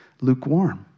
lukewarm